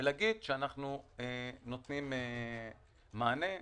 ולומר שאנחנו נותנים מענה.